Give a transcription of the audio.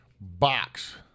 box